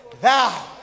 thou